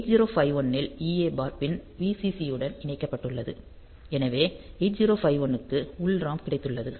8051 ல் EA bar pin Vcc உடன் இணைக்கப்பட்டுள்ளது எனவே 8051 க்கு உள் ROM கிடைத்துள்ளது